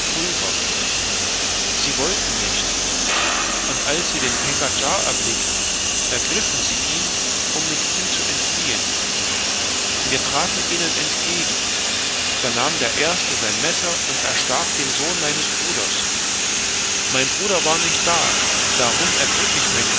pulver sie wollten nicht und als sie den pengadschar erblickten ergriffen sie ihn um mit ihm zu entfliehen wir traten ihnen entgegen da nahm der eine sein messer und erstach den sohn meines bruders mein bruder war nicht da darum ergriff ich meinen